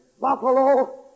Buffalo